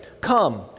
Come